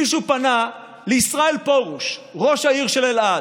מישהו פנה לישראל פרוש, ראש העיר של אלעד,